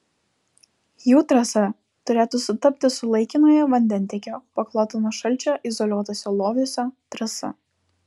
jų trasa turėtų sutapti su laikinojo vandentiekio pakloto nuo šalčio izoliuotuose loviuose trasa